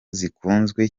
zikunzwe